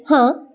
हां